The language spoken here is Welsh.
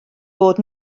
bod